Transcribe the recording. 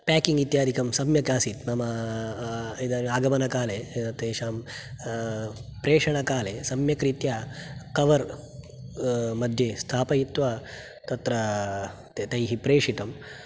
packing इत्यादिकं सम्यगासीत् नाम इदा आगमनकाले तेषां प्रेषणकाले सम्यग्रीत्या कवर् मध्ये स्थापयित्वा तत्र तैः प्रषितं